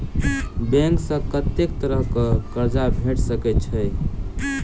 Bank सऽ कत्तेक तरह कऽ कर्जा भेट सकय छई?